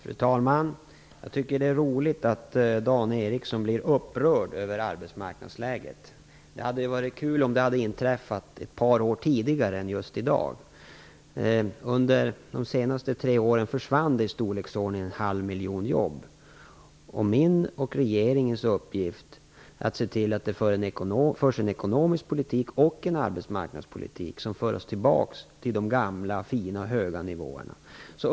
Fru talman! Jag tycker att det är roligt att Dan Ericsson blir upprörd över arbetsmarknadsläget. Det hade varit kul om det hade inträffat ett par år tidigare än just i dag. Under de senaste tre åren har det försvunnit i storleksordningen en halv miljon jobb. Min och regeringens uppgift är att se till att det förs en ekonomisk politik och en arbetsmarknadspolitik som för oss tillbaks till de gamla fina höga nivåerna.